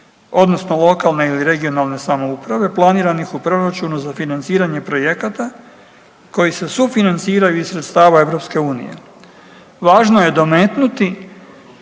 odnosno lokalne i regionalne samouprave planiranih u proračunu za financiranje projekata koji se sufinanciraju iz sredstava EU. Važno je dometnuti